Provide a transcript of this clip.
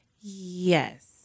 Yes